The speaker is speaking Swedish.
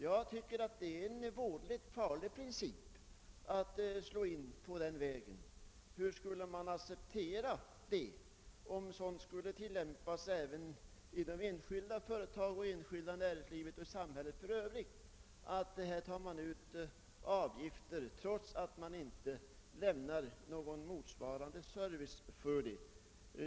Jag tycker det är mycket farligt att slå in på den vägen. Hur skulle man reagera om den principen tillämpades även inom enskilda företag och i samhället i övrigt, d.v.s. att det tas ut avgifter trots att det inte lämnas någon motsvarande service?